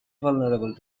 vulnerable